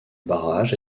barrage